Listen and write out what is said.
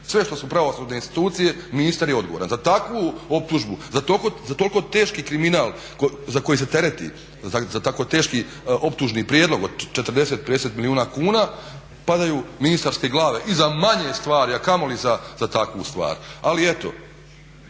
Sve što su pravosudne institucije ministar je odgovoran. Za takvu optužbu, za toliko teški kriminal za koji se tereti, za tako teški optužni prijedlog od 40, 50 milijuna kuna padaju ministarske glave i za manje stvari, a kamoli za takvu stvar. Ali eto,